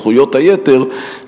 זכויות היתר,